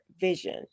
vision